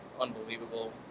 unbelievable